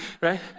right